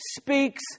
speaks